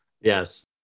yes